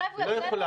חבר'ה,